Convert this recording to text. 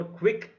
quick